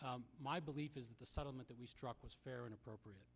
my belief is that the settlement that we struck was fair and appropriate